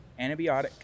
antibiotic